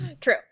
True